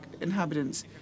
inhabitants